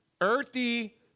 earthy